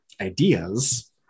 ideas